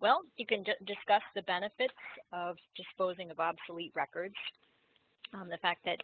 well, you can discuss the benefit of disposing of obsolete records um the fact that